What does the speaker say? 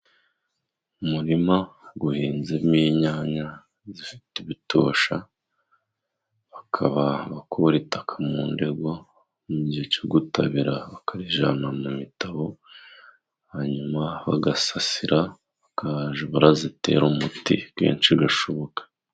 Umurima uhinzemo inyanya zifite ibitosha bakaba bakura itaka mu ndego mu gihe cyo gutabira bakarijyana mu mitabo ,hanyuma bagasasira bakajya barazitera umuti kenshi gashoboka.